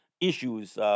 issues